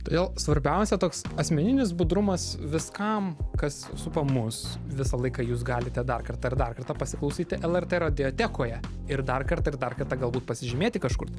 todėl svarbiausia toks asmeninis budrumas viskam kas supa mus visą laiką jūs galite dar kartą ir dar kartą pasiklausyti lrt radiotekoje ir dar kartą ir dar kartą galbūt pasižymėti kažkur tai